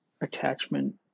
attachment